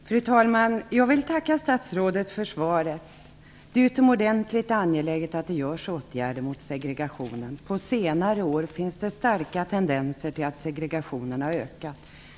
Fru talman! Jag vill tacka statsrådet för svaret. Det är utomordentligt angeläget att det vidtas åtgärder mot segregationen. Under senare år finns det starka indikationer på att segregationen har ökat.